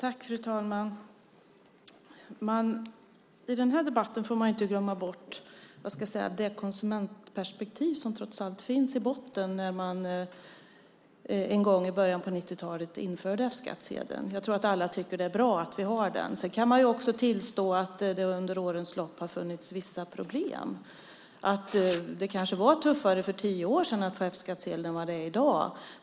Fru talman! I den här debatten får man inte glömma bort det konsumentperspektiv som trots allt fanns i botten när man en gång i början av 90-talet införde F-skattsedeln. Jag tror att alla tycker att det är bra att vi har den. Man kan också tillstå att det under årens lopp har funnits vissa problem. Det kanske var tuffare att få F-skattsedel för tio år sedan än vad det är i dag.